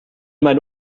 mein